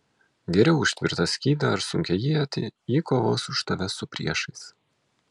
geriau už tvirtą skydą ar sunkią ietį ji kovos už tave su priešais